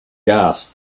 gasped